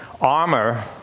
armor